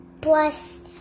plus